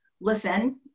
listen